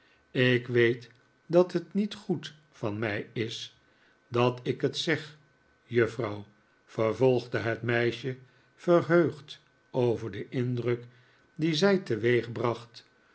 ik weet dat het niet goed van mij is dat ik het zeg juffrouw vervolgde het meisje verheugd over den indruk dien zij